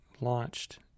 launched